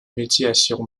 médiation